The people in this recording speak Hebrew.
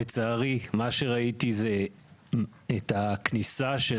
לצערי, מה שראיתי זה את הכניסה של